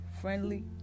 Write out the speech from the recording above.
friendly